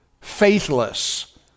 Faithless